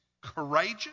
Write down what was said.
courageous